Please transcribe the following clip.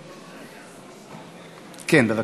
כן, בבקשה.